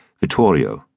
Vittorio